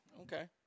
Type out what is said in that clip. Okay